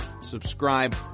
subscribe